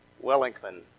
Wellington